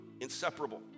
inseparable